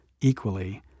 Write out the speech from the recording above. equally